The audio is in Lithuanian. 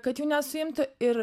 kad jų nesuimtų ir